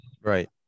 Right